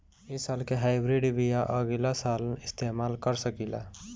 इ साल के हाइब्रिड बीया अगिला साल इस्तेमाल कर सकेला?